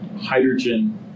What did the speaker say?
hydrogen